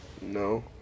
No